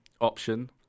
option